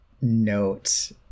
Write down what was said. note